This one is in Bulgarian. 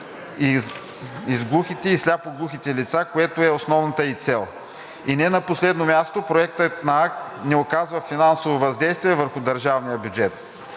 за глухите и сляпо глухите лица, което е основната ѝ цел. И не на последно място, проектът на акт не оказва финансово въздействие върху държавния бюджет.